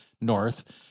north